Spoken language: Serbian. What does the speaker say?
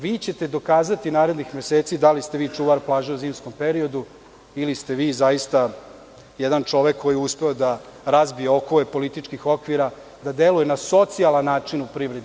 Vi ćete dokazati narednih meseci da li ste vi čuvar plaže u zimskom periodu ili ste vi zaista jedan čovek koji je uspeo da razbije okove političkih okvira, da deluje na socijalan način u privredi.